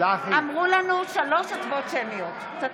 אמרו לנו שלוש הצבעות שמיות.